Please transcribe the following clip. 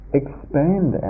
expand